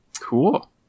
Cool